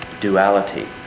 duality